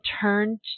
turned